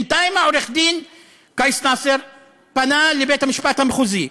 בינתיים עורך-דין קייס נאסר פנה לבית-המשפט המחוזי.